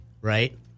right